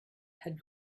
had